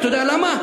אתה יודע למה?